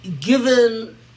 given